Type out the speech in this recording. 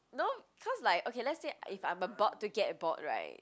no cause like okay let's say if I'm about to get bored [right]